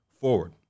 forward